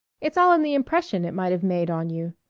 it's all in the impression it might have made on you.